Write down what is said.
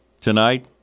tonight